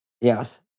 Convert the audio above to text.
yes